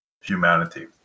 humanity